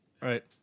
Right